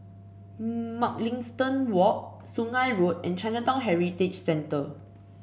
Mugliston Walk Sungei Road and Chinatown Heritage Centre